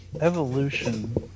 Evolution